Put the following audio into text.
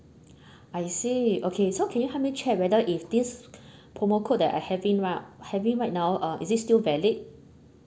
I see okay so can you help me check whether if this promo code that I having now having right now uh is it still valid